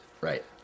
Right